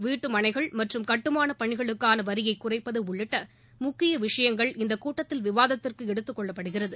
வீட்டுமனைகள் மற்றும் கட்டுமான பணிகளுக்கான வரியை குறைப்பது உள்ளிட்ட முக்கிய விஷயங்கள் இக்கூட்டத்தில் விவாதத்திற்கு எடுத்துக் கொள்ளப்படுகிறது